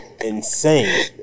insane